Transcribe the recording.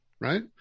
right